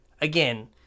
again